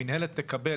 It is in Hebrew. המינהלת תקבל.